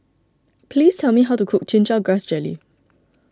please tell me how to cook Chin Chow Grass Jelly